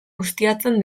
ustiatzen